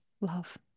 love